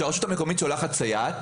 כאשר הרשות המקומית שולחת סייעת